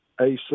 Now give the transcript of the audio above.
AC